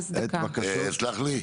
סלח לי,